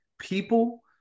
people